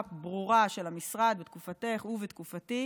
הברורה של המשרד בתקופתך ובתקופתי,